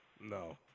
no